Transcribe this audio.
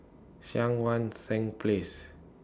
Cheang Wan Seng Place